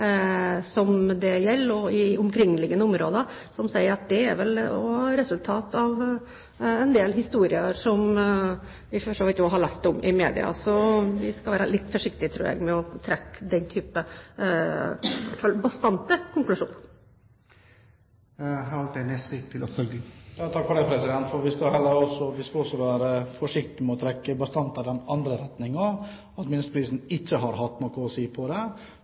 som dette gjelder – og i omkringliggende områder – som sier at dette er vel også resultatet av en del historier som vi for så vidt også har lest om i media. Så vi skal være litt forsiktige, tror jeg, med å trekke den typen bastante konklusjoner. Vi skal også være forsiktige med å trekke bastante konklusjoner i den andre retningen – at minsteprisen ikke har hatt noe å si for dette. Når man opererer i et marked, er det